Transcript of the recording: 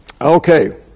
Okay